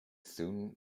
soon